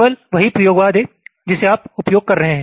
केवल वही प्रयोगवाद है जिसका आप उपयोग कर रहे हैं